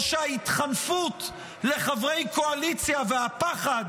או שההתחנפות לחברי קואליציה והפחד